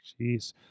jeez